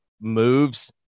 Moves